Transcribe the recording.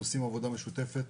אנחנו עושים עבודה משותפת